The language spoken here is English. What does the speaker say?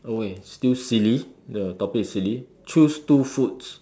okay still silly the topic is silly choose two foods